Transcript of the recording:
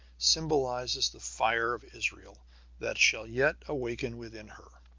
symbolizes the fire of israel that shall yet awaken within her.